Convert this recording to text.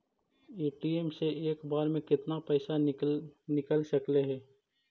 ATM से एक बार मे केतना पैसा निकल सकले हे?